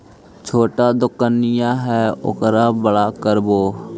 छोटा दोकनिया है ओरा बड़ा करवै?